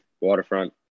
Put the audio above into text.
waterfront